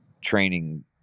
training